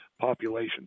population